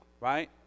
right